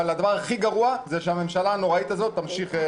אבל הדבר הכי גרוע זה שהממשלה הנוראית הזאת תמשיך.